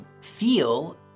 feel